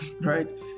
Right